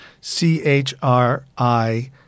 C-H-R-I